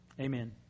Amen